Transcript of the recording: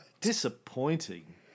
Disappointing